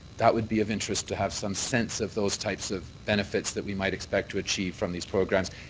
that would be of interest to have some sense of those types of benefits that we might expect to achieve from these programs.